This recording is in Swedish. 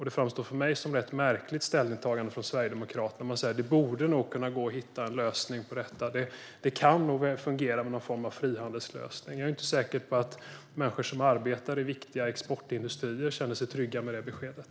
Det framstår för mig som ett rätt märkligt ställningstagande av Sverigedemokraterna när de säger att det nog borde gå att hitta en lösning på detta, att det nog kan fungera med någon form av frihandelslösning. Jag är inte säker på att människor som arbetar i viktiga exportindustrier känner sig trygga med det beskedet.